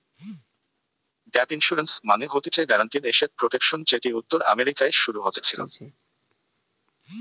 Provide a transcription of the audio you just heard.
gap insurance মানে হতিছে guaranteed asset protection যেটি উত্তর আমেরিকায় শুরু হতেছিলো